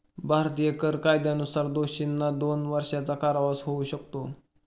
भारतीय कर कायद्यानुसार दोषींना दोन वर्षांचा कारावास होऊ शकतो